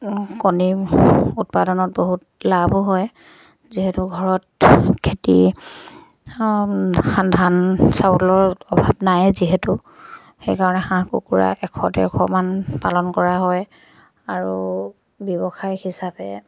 কণী উৎপাদনত বহুত লাভো হয় যিহেতু ঘৰত খেতি ধান চাউলৰ অভাৱ নাই যিহেতু সেইকাৰণে হাঁহ কুকুৰা এশ ডেৰশমান পালন কৰা হয় আৰু ব্যৱসায় হিচাপে